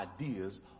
ideas